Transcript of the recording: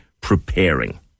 preparing